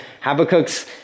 Habakkuk's